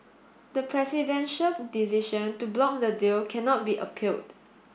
the presidential decision to block the deal cannot be appealed